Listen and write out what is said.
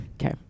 Okay